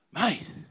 Mate